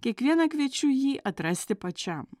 kiekvieną kviečiu jį atrasti pačiam